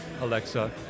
Alexa